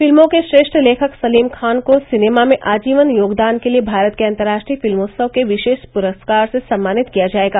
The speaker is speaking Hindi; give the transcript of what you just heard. फिल्मों के श्रेष्ठ लेखक सलीम खान को सिनेमा में आजीवन योगदान के लिए भारत के अंतर्राष्ट्रीय फिल्मोत्सव के विशेष पुरस्कार से सम्मानित किया जायेगा